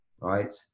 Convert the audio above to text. right